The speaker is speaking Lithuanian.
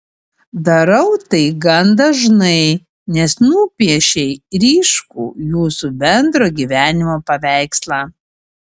darau tai gan dažnai nes nupiešei ryškų jūsų bendro gyvenimo paveikslą